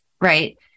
right